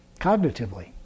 cognitively